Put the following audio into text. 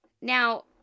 Now